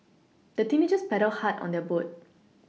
the teenagers paddled hard on their boat